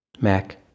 Mac